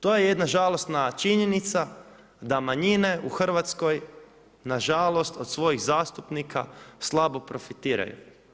To je jedna žalosna činjenica da manjine u Hrvatskoj nažalost od svojih zastupnika slabo profitiraju.